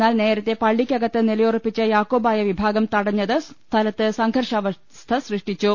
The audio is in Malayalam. എന്നാൽ നേരത്തെ പള്ളിയ്ക്ക കത്ത് നിലയുറപ്പിച്ച യാക്കോബായ വിഭാഗം തടഞ്ഞത് സ്ഥലത്ത് സംഘർഷാവസ്ഥ സൃഷ്ടിച്ചു